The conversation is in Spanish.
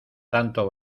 tanto